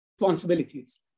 Responsibilities